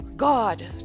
God